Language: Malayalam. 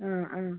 ആ ആ